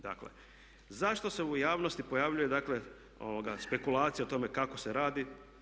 Dakle, zašto se u javnosti pojavljuje, dakle spekulacija o tome kako se radi?